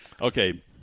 Okay